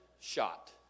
shot